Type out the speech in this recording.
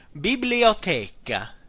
Biblioteca